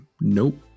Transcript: nope